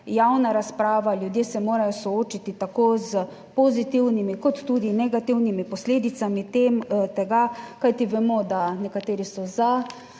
javna razprava, ljudje se morajo soočiti tako s pozitivnimi kot tudi negativnimi posledicami tega, kajti vemo, da nekateri so za